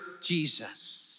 Jesus